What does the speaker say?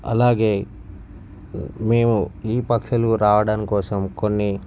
అలాగే మేము ఈ పక్షులు రావడం కోసం కొన్ని